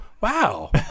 wow